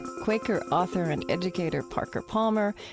quaker author and educator parker palmer.